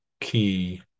key